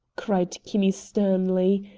cried kinney sternly,